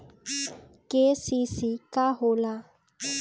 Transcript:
KCC का होला?